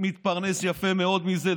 שמתפרנס יפה מאוד מזה.